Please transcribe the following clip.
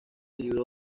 libró